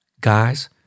Guys